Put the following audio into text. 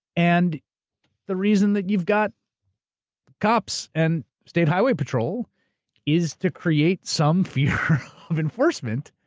and the reason that you've got cops and state highway patrol is to create some fear of enforcement.